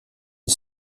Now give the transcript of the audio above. une